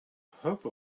hope